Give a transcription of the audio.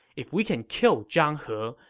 if we can kill zhang he,